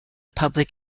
public